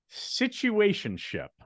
situationship